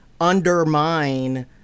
undermine